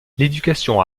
l’éducation